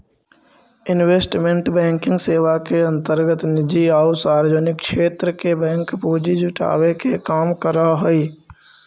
investment banking सेवा के अंतर्गत निजी आउ सार्वजनिक क्षेत्र के बैंक पूंजी जुटावे के काम करऽ हइ